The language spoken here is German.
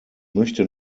möchte